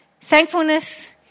Thankfulness